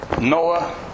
Noah